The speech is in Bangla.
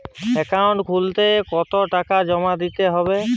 অ্যাকাউন্ট খুলতে কতো টাকা জমা দিতে হবে?